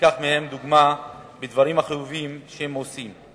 וניקח מהם דוגמה בדברים החיוביים שהם עושים,